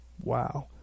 Wow